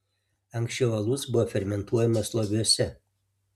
anksčiau alus buvo fermentuojamas loviuose